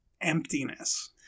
emptiness